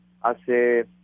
hace